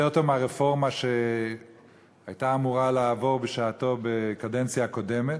יותר טוב מהרפורמה שהייתה אמורה לעבור בשעתו בקדנציה הקודמת.